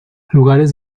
lugares